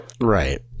Right